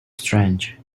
strange